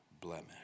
blemish